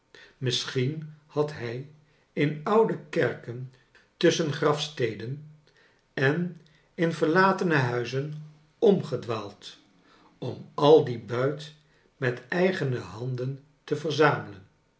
misschien had hij in oude kerken tusschen grafsteden en in verlatene huizen omgedwaald om al dien buit met eigene handen te verzamelen